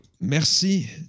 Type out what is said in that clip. Merci